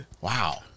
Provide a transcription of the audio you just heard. Wow